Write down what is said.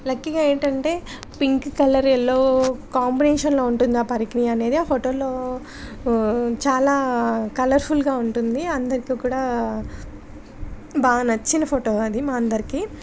లక్కీగా ఏంటంటే pink colour yellow కాంబినేషన్లో ఉంటుంది ఆ పర్కీని అనేది ఆ ఫోటోలో చాలా కలర్ఫుల్గా ఉంటుంది అందరికి కూడా బాగా నచ్చిన ఫోటో అది మా అందరికి